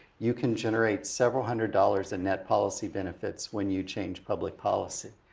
you can generate several hundred dollars in net policy benefits when you change public policy.